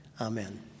amen